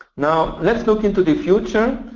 now let's look into the future,